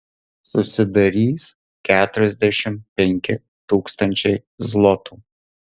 susidarys keturiasdešimt penki tūkstančiai zlotų